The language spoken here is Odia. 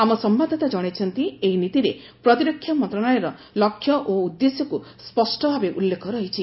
ଆମ ସମ୍ଘାଦଦାତା କଣାଇଛନ୍ତି ଏହି ନୀତିରେ ପ୍ରତିରକ୍ଷା ମନ୍ତ୍ରଶାଳୟର ଲକ୍ଷ୍ୟ ଓ ଉଦ୍ଦେଶ୍ୟକୁ ସ୍ୱଷ୍ଟଭାବେ ଉଲ୍ଲେଖ ରହିଛି